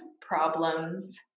problems